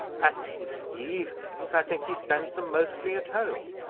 as to his evenings, i think he spends them mostly at home.